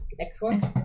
Excellent